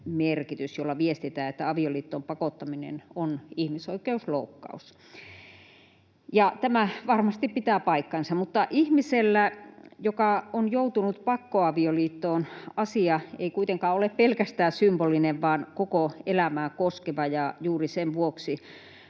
jolla viestitetään, että avioliittoon pakottaminen on ihmisoikeusloukkaus. Tämä varmasti pitää paikkansa, mutta ihmisellä, joka on joutunut pakkoavioliittoon, asia ei kuitenkaan ole pelkästään symbolinen vaan koko elämää koskeva, ja juuri sen vuoksi